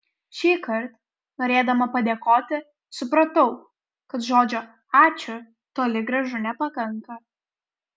šįkart norėdama padėkoti supratau kad žodžio ačiū toli gražu nepakanka